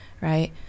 right